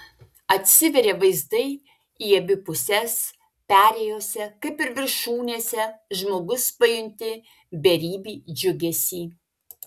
atsiveria vaizdai į abi puses perėjose kaip ir viršūnėse žmogus pajunti beribį džiugesį